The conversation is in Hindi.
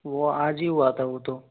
वो आज ही हुआ था वो तो